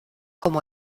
como